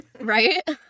Right